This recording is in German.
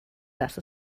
dass